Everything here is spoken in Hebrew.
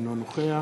אינו נוכח